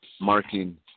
marking